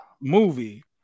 movie